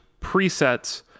presets